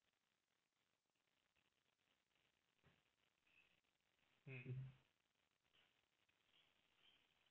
mmhmm